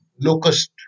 locust